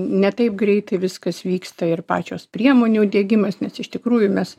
ne taip greitai viskas vyksta ir pačios priemonių diegimas nes iš tikrųjų mes